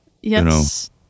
Yes